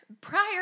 Prior